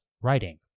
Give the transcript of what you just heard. writing